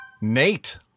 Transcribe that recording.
Nate